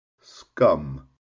scum